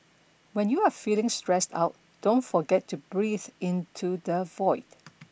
when you are feeling stressed out don't forget to breathe into the void